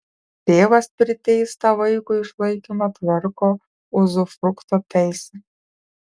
tėvas priteistą vaikui išlaikymą tvarko uzufrukto teise